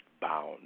bound